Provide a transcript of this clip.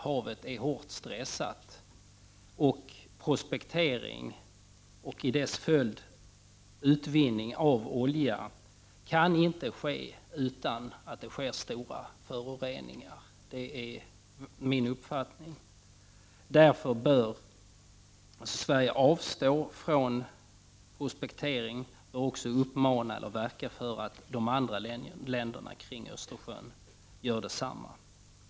Havet är hårt stressat, och prospektering och i dess följd utvinning av olja kan inte ske utan att det sker stora föroreningar. Det är min uppfattning. Därför bör Sverige också avstå från prospektering och uppmana och verka för att de andra länderna kring Östersjön gör detsamma.